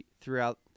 throughout